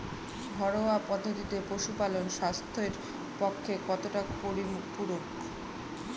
ঘরোয়া পদ্ধতিতে পশুপালন স্বাস্থ্যের পক্ষে কতটা পরিপূরক?